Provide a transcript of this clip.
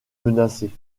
menacés